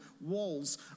walls